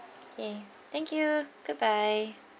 okay thank you goodbye